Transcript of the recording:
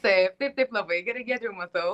taip taip taip labai gerai giedriau matau